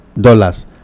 dollars